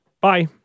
Bye